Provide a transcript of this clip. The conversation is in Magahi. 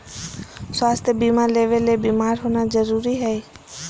स्वास्थ्य बीमा लेबे ले बीमार होना जरूरी हय?